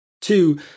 Two